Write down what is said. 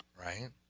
right